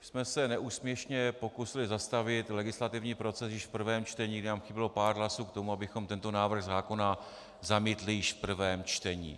My jsme se neúspěšně pokusili zastavit legislativní proces již v prvém čtení, kdy nám chybělo pár hlasů k tomu, abychom tento návrh zákona zamítli již v prvém čtení.